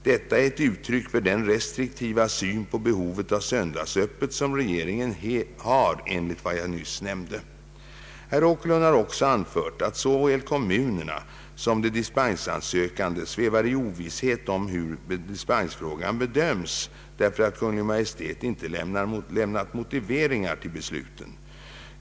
Detta är ett uttryck för den restriktiva syn på behovet av söndagsöppet som regeringen har enligt vad jag nyss nämnde. Herr Åkerlund har också anfört att såväl kommunerna som de dispenssökande svävar i ovisshet om hur dispensfrågan bedöms, därför att Kungl. Maj:t inte lämnat motiveringar till besluten.